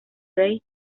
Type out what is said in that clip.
rey